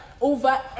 Over